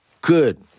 Good